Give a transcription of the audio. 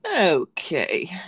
Okay